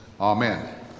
Amen